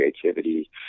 creativity